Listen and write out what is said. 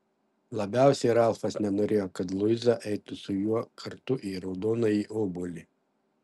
labiausiai ralfas nenorėjo kad luiza eitų su juo kartu į raudonąjį obuolį